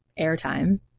airtime